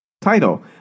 title